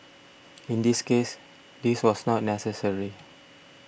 in this case this was not necessary